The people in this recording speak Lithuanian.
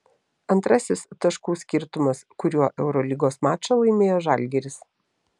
antrasis taškų skirtumas kuriuo eurolygos mačą laimėjo žalgiris